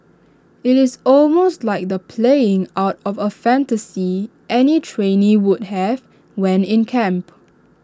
IT is almost like the playing out of A fantasy any trainee would have when in camp